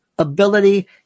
Ability